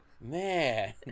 man